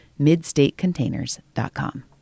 MidStateContainers.com